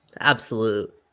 absolute